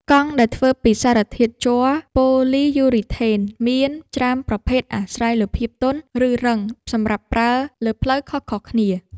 កង់ ដែលធ្វើពីសារធាតុជ័រ ប៉ូលីយូរីថេន មានច្រើនប្រភេទអាស្រ័យលើភាពទន់ ឬរឹងសម្រាប់ប្រើលើផ្លូវខុសៗគ្នា។